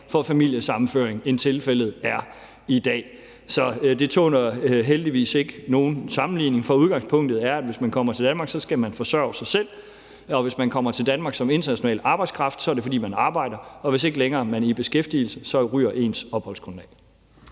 for familiesammenføring, end tilfældet er i dag. Så det tåler heldigvis ikke nogen sammenligning. For udgangspunktet er, at hvis man kommer til Danmark, skal man forsørge sig selv. Og hvis man kommer til Danmark som international arbejdskraft, er det, fordi man arbejder, og hvis man ikke længere er i beskæftigelse, så ryger ens opholdsgrundlag.